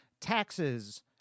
Taxes